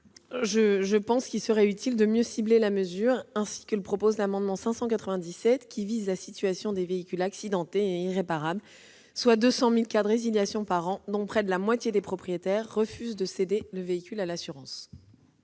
détruit. Il serait utile de mieux cibler la mesure, comme y tend l'amendement n° 597, qui vise la situation des véhicules accidentés irréparables, soit 200 000 cas de résiliation par an, dont près de la moitié des propriétaires refusent de céder le véhicule à l'assurance.